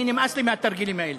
אני נמאס לי מהתרגילים האלה.